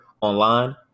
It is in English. online